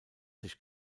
sich